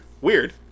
Weird